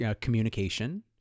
communication